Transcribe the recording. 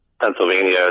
Pennsylvania